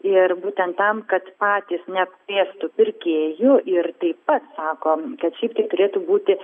ir būtent tam kad patys neapkrėstų pirkėjų ir taip pat sako kad šiaip tai turėtų būti